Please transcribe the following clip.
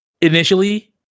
initially